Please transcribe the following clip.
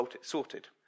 sorted